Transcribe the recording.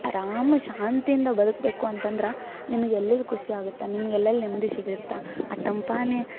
ಆರಾಮಾಗಿ ಶಾಂತಿಯಿಂದ ಬದುಕಬೇಕು ಅಂತಂದ್ರೆ ನಿಮ್ಗೆ ಎಲ್ಲೆಲ್ಲಿ ಖುಷಿ ಆಗುತ್ತೆ ನಿಮ್ಗೆ ಎಲ್ಲೆಲ್ಲಿ ನೆಮ್ಮದಿ ಸಿಗುತ್ತಾ ಆ ತಂಪನೆ